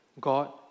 God